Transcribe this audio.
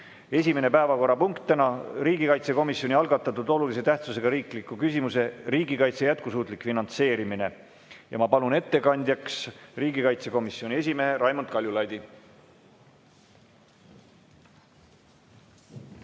Esimene päevakorrapunkt on täna riigikaitsekomisjoni algatatud olulise tähtsusega riikliku küsimuse "Riigikaitse jätkusuutlik finantseerimine" arutelu. Ma palun ettekandjaks riigikaitsekomisjoni esimehe Raimond Kaljulaidi.